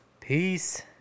Peace